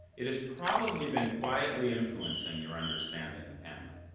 it has probably been quietly influencing your understanding of hamlet.